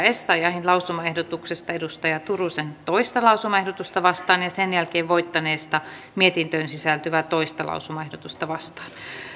essayahin lausumaehdotuksesta kaj turusen toinen lausumaehdotusta vastaan ja sen jälkeen voittaneesta mietintöön sisältyvää toinen lausumaehdotusta vastaan